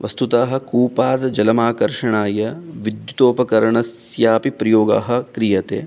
वस्तुतः कूपात् जलमाकर्षणाय विद्युदोपकरणस्यापि प्रयोगः क्रियते